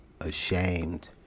ashamed